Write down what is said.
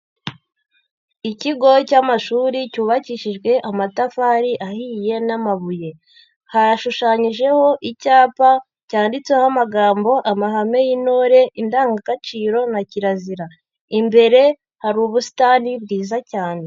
Ikigo cy'amashuri cyubakishijwe amatafari ahiye n'amabuye, hashushanyijeho icyapa cyanditseho amagambo amahame y'intore indangagaciro na kirazira, imbere hari ubusitani bwiza cyane.